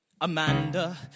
Amanda